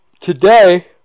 today